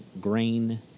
grain